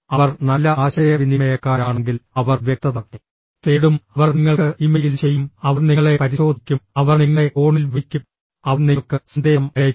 അവർ നല്ല ആശയവിനിമയക്കാരാണെങ്കിൽ അവർ വ്യക്തത തേടും അവർ നിങ്ങൾക്ക് ഇമെയിൽ ചെയ്യും അവർ നിങ്ങളെ പരിശോധിക്കും അവർ നിങ്ങളെ ഫോണിൽ വിളിക്കും അവർ നിങ്ങൾക്ക് സന്ദേശം അയയ്ക്കും